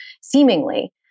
seemingly